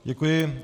Děkuji.